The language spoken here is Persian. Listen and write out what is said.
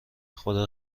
خدا